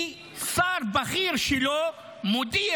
כי שר בכיר שלו מודיע,